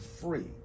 free